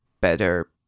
better